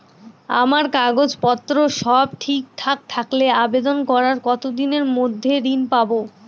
আমার কাগজ পত্র সব ঠিকঠাক থাকলে আবেদন করার কতদিনের মধ্যে ঋণ পাব?